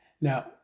Now